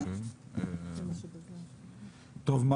טוב.